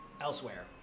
elsewhere